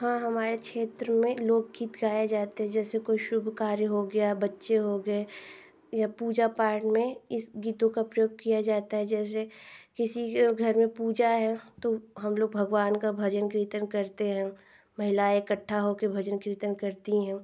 हाँ हमारे क्षेत्र में लोकगीत गाए जाते जैसे कोई शुभ कार्य हो गया बच्चे हो गए या पूजा पाठ में इस गीतों का प्रयोग किया जाता है जैसे किसी के घर में पूजा है तो हम लोग भगवान का भजन कीर्तन करते हैं महिलाएँ इकट्ठा हो कर भजन कीर्तन करती हैं